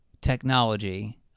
technology